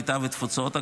הקליטה והתפוצות,